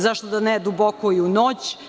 Zašto da ne i duboko u noć?